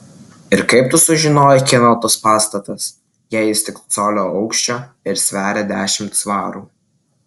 ir kaip tu sužinojai kieno tas pastatas jei jis tik colio aukščio ir sveria dešimt svarų